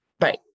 Right